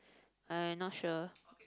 I not sure